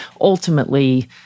ultimately